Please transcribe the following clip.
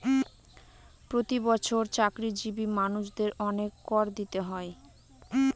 প্রতি বছর চাকরিজীবী মানুষদের অনেক কর দিতে হয়